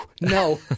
no